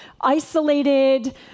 isolated